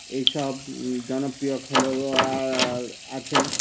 এইসব জনপ্রিয় খেলোয়াড় আছে